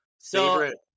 Favorite